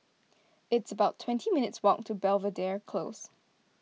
it's about twenty minutes' walk to Belvedere Close